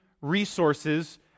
resources